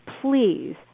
please